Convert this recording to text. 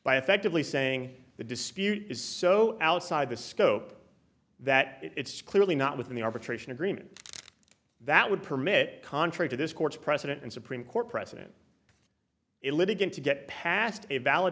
by effectively saying the dispute is so outside the scope that it's clearly not within the arbitration agreement that would permit contrary to this court's precedent and supreme court precedent it litigant to get past a valid